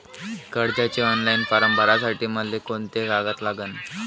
कर्जाचे online form भरासाठी मले कोंते कागद लागन?